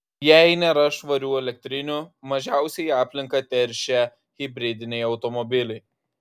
jei nėra švarių elektrinių mažiausiai aplinką teršia hibridiniai automobiliai